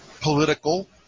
political